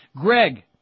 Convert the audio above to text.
Greg